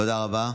תודה רבה.